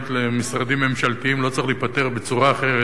למשרדים ממשלתיים לא צריך להיפתר בצורה אחרת,